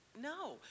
no